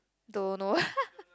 don't know